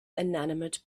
inanimate